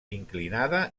inclinada